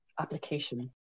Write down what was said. applications